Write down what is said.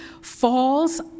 falls